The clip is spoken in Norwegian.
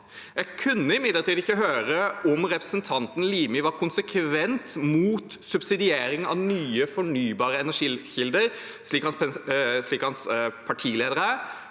Jeg kunne imidlertid ikke høre om representanten Limi var konsekvent imot subsidiering av nye fornybare energikilder, slik hans partileder er,